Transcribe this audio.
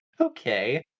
Okay